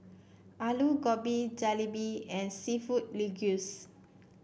Alu Gobi Jalebi and seafood